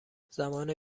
زمان